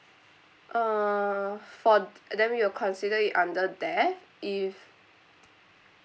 uh for then uh we will consider it under death if